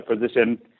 position